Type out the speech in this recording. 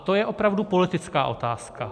To je opravdu politická otázka.